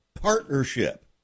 partnership